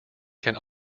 can